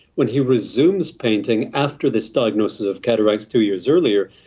when he resumes painting, after this diagnosis of cataracts two years earlier,